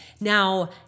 Now